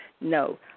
No